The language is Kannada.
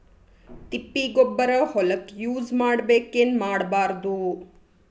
ತಿಪ್ಪಿಗೊಬ್ಬರ ಹೊಲಕ ಯೂಸ್ ಮಾಡಬೇಕೆನ್ ಮಾಡಬಾರದು?